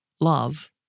love